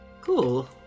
Cool